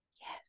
Yes